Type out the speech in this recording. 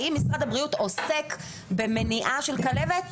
האם משרד הבריאות עוסק במניעה של כלבת?